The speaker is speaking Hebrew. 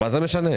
מה זה משנה?